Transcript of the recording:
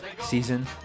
season